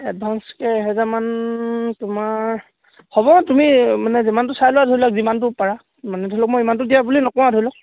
এডভাঞ্চকৈ এহেজাৰমান তোমাৰ হ'ব তুমি মানে যিমানটো চাই লোৱা ধৰি লওক যিমানটো পাৰা মানে ধৰি লওক মই ইমানটো দিয়া বুলি নকওঁ আৰু ধৰি লওক